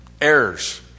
errors